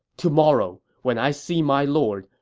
tomorrow, when i see my lord,